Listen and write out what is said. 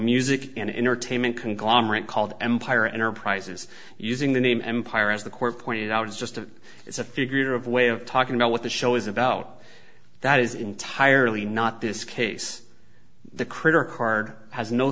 music and entertainment conglomerate called empire enterprises using the name empire as the court pointed out it's just a it's a figure of way of talking about what the show is about that is entirely not this case the critter card has no